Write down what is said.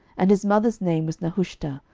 and his mother's name was nehushta,